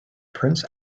prince